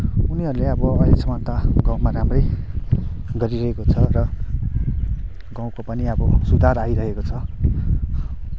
उनीहरूले अब अहिले सम्म त गाउँमा राम्रै गरिरहेको छ र गाउँको पनि अब सुधार आइरहेको छ